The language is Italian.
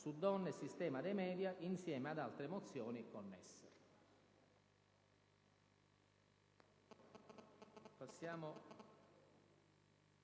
su donne e sistema dei media, insieme ad altre mozioni connesse.